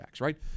right